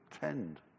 tend